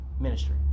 ministry